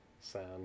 sound